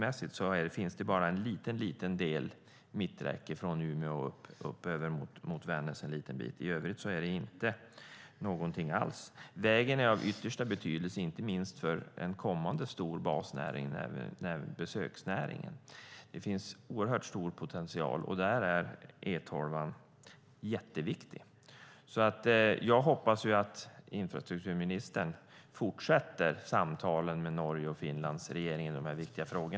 Det är endast en liten del med mitträcke från Umeå och upp över Vännäs; i övrigt är det inget alls. Vägen är av yttersta betydelse, inte minst för en kommande stor basnäring, nämligen besöksnäringen. Det finns stor potential, och här är E12 jätteviktig. Jag hoppas därför att infrastrukturministern fortsätter samtalen med Norges och Finlands regeringar i dessa viktiga frågor.